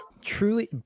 truly